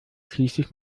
schließlich